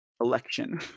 election